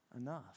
enough